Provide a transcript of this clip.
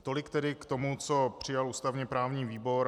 Tolik tedy k tomu, co přijal ústavněprávní výbor.